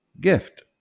gift